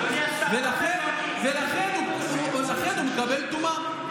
ולכן הוא מקבל טומאה.